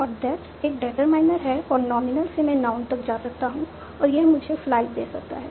और दैट एक डिटरमाइनर है और नॉमिनल से मैं नाउन तक जा सकता हूं और यह मुझे फ्लाइट दे सकता है